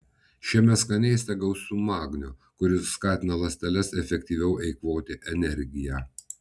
šiame skanėste gausu magnio kuris skatina ląsteles efektyviau eikvoti energiją